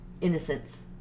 Innocence